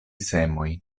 semoj